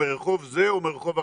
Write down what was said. מרחוב זה או מרחוב אחר,